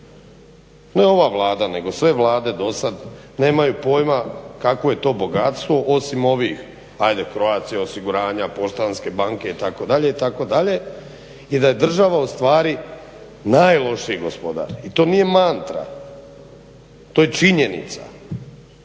ne ova Vlada nego sve vlade dosad nemaju pojma kakvo je to bogatstvo osim ovih Croatia osiguranja, Poštanske banke itd. i da je država ustvari najlošiji gospodar i to nije mantra. To je činjenica,